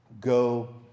Go